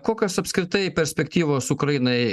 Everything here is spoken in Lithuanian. kokios apskritai perspektyvos ukrainai